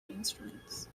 instruments